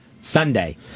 Sunday